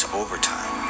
overtime